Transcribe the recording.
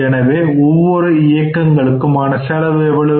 எனவே ஒவ்வொரு இயக்கங்களுக்கும் ஆன செலவு எவ்வளவு